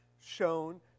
shown